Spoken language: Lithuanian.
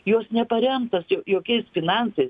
jos neparemtos jo jokiais finansais